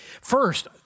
First